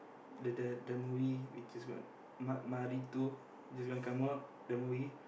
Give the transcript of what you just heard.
the the the movie which is called ma~ which is going to come out the movie